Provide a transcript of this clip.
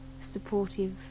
supportive